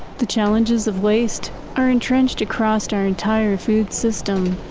the challenges of waste are entrenched across our entire food system.